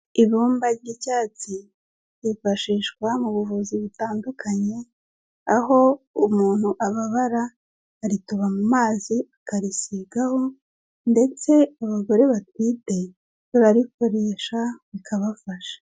Ibumba ry'icyatsi, ryifashishwa mu buvuzi butandukanye, aho umuntu ababara, aritoba mu mazi akarisigaho ndetse abagore batwite bararikoresha, bikabafasha.